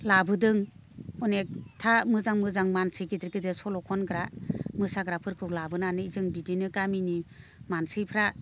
लाबोदों अनेकथा मोजां मोजां मानसि गिदिर गिदिर सल' खनग्रा मोसाग्राफोरखौ लाबोनानै जों बिदिनो गामिनि मानसिफोरा